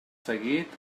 seguit